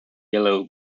yellow